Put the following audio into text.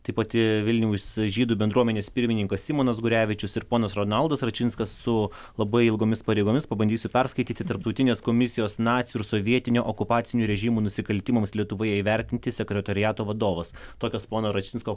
tai pati vilniaus žydų bendruomenės pirmininkas simonas gurevičius ir ponas ronaldas račinskas su labai ilgomis pareigomis pabandysiu perskaityti tarptautinės komisijos nacių ir sovietinio okupacinių režimų nusikaltimams lietuvoje įvertinti sekretoriato vadovas tokios pono račinsko